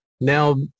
Now